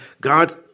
God